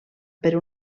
per